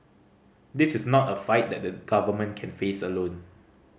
this is not a fight that the government can face alone